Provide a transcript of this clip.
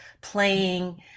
playing